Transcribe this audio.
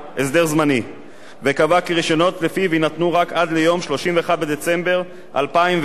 וקבע כי רשיונות לפיו יינתנו רק עד ליום 31 בדצמבר 2010. עם זאת,